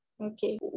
Okay